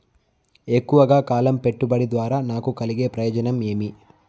ఎక్కువగా కాలం పెట్టుబడి ద్వారా నాకు కలిగే ప్రయోజనం ఏమి?